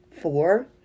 Four